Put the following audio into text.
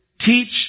teach